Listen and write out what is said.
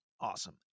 awesome